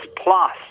plus